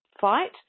fight